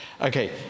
Okay